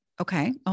Okay